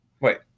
Wait